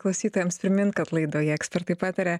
klausytojams primint kad laidoje ekspertai pataria